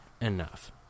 enough